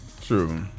true